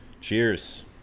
Cheers